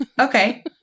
Okay